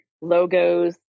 Logos